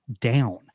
down